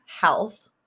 health